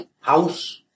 house